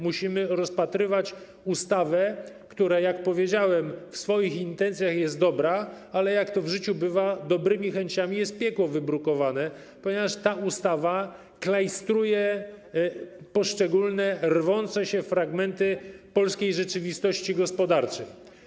Musimy rozpatrywać ustawę, która, jak powiedziałem, w swoich intencjach jest dobra, ale jak to w życiu bywa, dobrymi chęciami jest piekło wybrukowane, ponieważ ta ustawa klajstruje poszczególne rwące się fragmenty polskiej rzeczywistości gospodarczej.